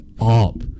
up